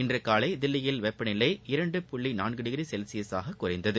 இன்று காலை தில்லியில் வெப்பநிலை இரண்டு புள்ளி நான்கு செல்ஸியசாக குறைந்தது